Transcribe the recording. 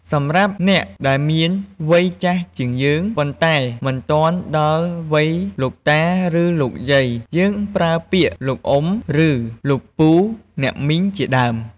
សម្រាប់អ្នកដែលមានវ័យចាស់ជាងយើង ប៉ុន្តែមិនទាន់ដល់វ័យលោកតាឬលោកយាយ យើងប្រើពាក្យ លោកអ៊ុំ ឬ លោកពូអ្នកមីងជាដើម។